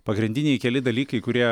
pagrindiniai keli dalykai kurie